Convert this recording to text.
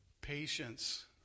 patience